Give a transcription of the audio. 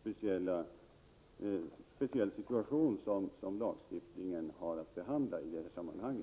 speciella situationer som lagstiftningen har att behandla i detta sammanhang.